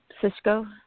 Cisco